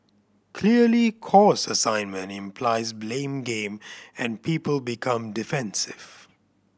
clearly 'cause assignment' implies blame game and people become defensive